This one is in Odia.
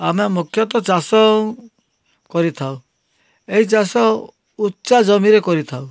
ଆମେ ମୁଖ୍ୟତଃ ଚାଷ କରିଥାଉ ଏଇଚାଷ ଉଚ୍ଚା ଜମିରେ କରିଥାଉ